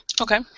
Okay